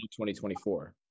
2024